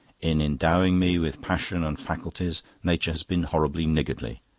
in endowing me with passions and faculties nature has been horribly niggardly.